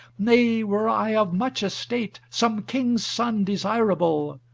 nay, were i of much estate, some king's son desirable,